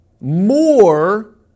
more